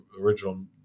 original